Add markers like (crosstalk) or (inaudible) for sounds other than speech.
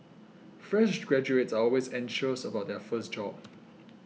fresh graduates are always anxious about their first job (noise)